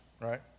right